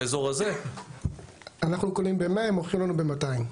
אנחנו קונים ב-100, הם מוכרים לנו ב-200.